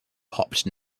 hopped